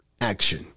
action